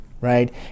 right